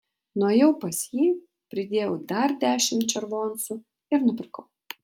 nuėjau pas jį pridėjau dar dešimt červoncų ir nupirkau